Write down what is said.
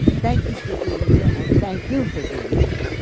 thank you for being here, and thank you for being here.